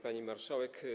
Pani Marszałek!